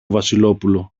βασιλόπουλο